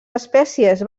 espècies